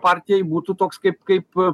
partijai būtų toks kaip kaip